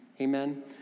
Amen